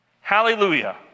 Hallelujah